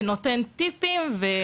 שנותן טיפים לאחרים.